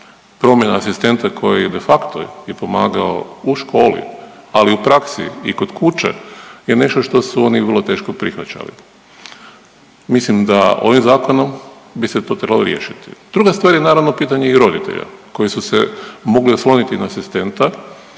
Promjena asistenta koji de facto je pomagao u školi, ali i u praksi i kod kuće je nešto što su oni vrlo teško prihvaćali. Mislim da ovim zakonom bi se to trebalo riješiti. Druga stvar je naravno pitanje i roditelja koji su se mogli osloniti na asistenta,